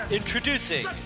introducing